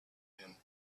him